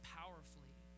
powerfully